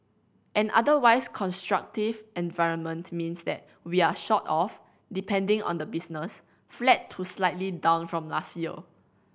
an otherwise constructive environment means that we're sort of depending on the business flat to slightly down from last year